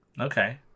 Okay